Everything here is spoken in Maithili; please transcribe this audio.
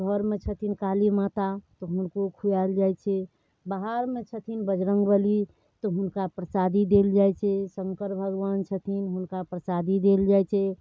घरमे छथिन काली माता तऽ हुनको खुआएल जाइत छै बाहरमे छथिन बजरङ्ग बली तऽ हुनका प्रसादी देल जाइत छै शङ्कर भगवान छथिन हुनका प्रसादी देल जाइत छै